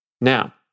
Now